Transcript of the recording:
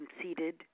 conceded